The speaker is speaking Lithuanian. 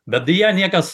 bet jie niekas